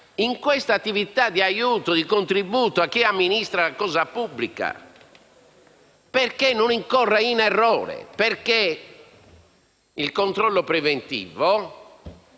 di questa attività di aiuto e di contributo a chi amministra la cosa pubblica, affinché non incorra in errore. Infatti, il controllo preventivo,